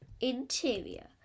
interior